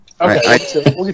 Okay